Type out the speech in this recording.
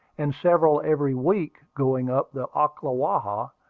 and several every week going up the ocklawaha,